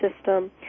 system